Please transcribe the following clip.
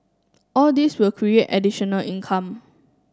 all these will create additional income